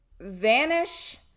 vanish